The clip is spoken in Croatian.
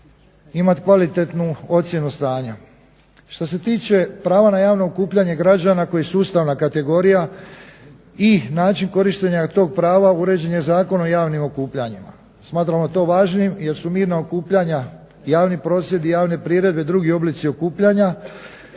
imati kvalitetnu ocjenu stanja. Što se tiče pravo na javno okupljanje građana koji su ustavna kategorija i način korištenja tog prava uređen je Zakonom o javnim okupljanjima. Smatramo to važnim jer su mirna okupljanja, javni prosvjedi, javne priredbe i drugi oblici okupljanja